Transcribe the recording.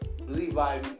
levi